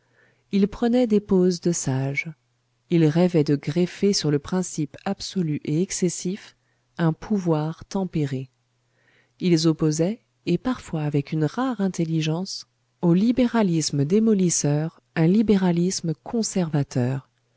ils prenaient des poses de sages ils rêvaient de greffer sur le principe absolu et excessif un pouvoir tempéré ils opposaient et parfois avec une rare intelligence au libéralisme démolisseur un libéralisme conservateur